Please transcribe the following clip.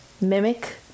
mimic